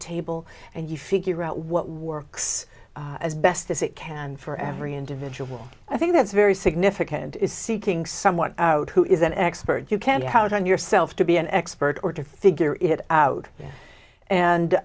table and you figure out what works as best as it can for every individual i think that's very significant is seeking someone out who is an expert you can see how it on yourself to be an expert or to figure it out and